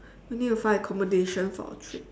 I need to find accommodation for our trip